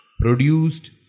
produced